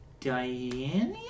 Diana